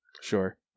Sure